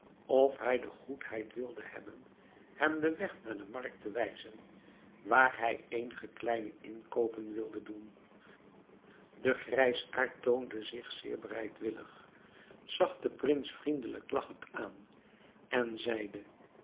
of hij de goedheid wilde hebben hem den weg naar de markt te wijzen waar hij eenige kleine inkoopen wilde doen de grijsaard toonde zich zeer bereidwillig zag den prins vriendelijk lagchend aan en zeide